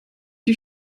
die